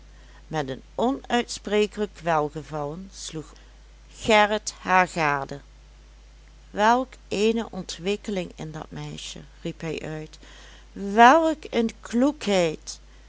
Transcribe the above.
met een onuitsprekelijk welgevallen sloeg gerrit haar gade welk eene ontwikkeling in dat meisje riep hij uit welk een